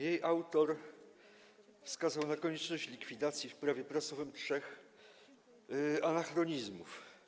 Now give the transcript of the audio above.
Jej autor wskazał na konieczność likwidacji w Prawie prasowym trzech anachronizmów.